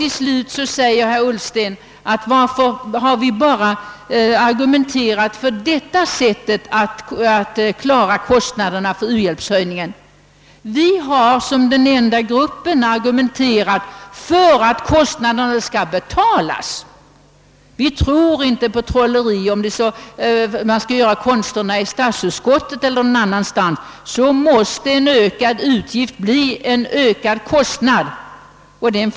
Till slut frågade herr Ullsten, varför vi bara argumenterat för att på detta sätt klara kostnaderna för höjningen av u-landshjälpen. Jo, herr Ullsten, vi har över huvud taget som enda grupp argumenterat för att kostnaderna skall betalas. Vi tror inte på trollerikonster i statsutskottet eller någon annanstans, en ökad kostnad måste tas ut på något sätt.